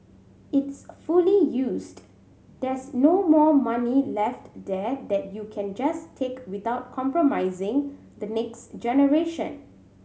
it's fully used there's no more money left there that you can just take without compromising the next generation